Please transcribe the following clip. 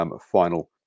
final